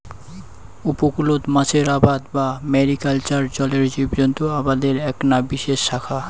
উপকূলত মাছের আবাদ বা ম্যারিকালচার জলের জীবজন্ত আবাদের এ্যাকনা বিশেষ শাখা